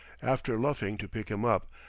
after luffing to pick him up,